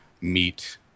meet